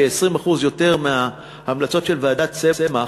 ב-20% יותר מההמלצות של ועדת צמח,